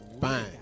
Fine